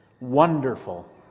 wonderful